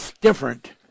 different